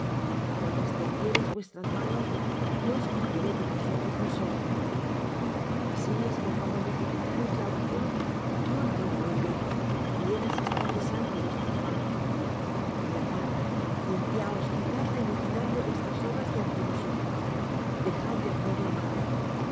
cuando extendiereis vuestras manos yo esconderé de vosotros mis ojos asimismo cuando multiplicareis la oración yo no oiré llenas están de sangre vuestras manos lavad limpiaos quitad la iniquidad de vuestras obras de ante mis ojos dejad de hacer lo malo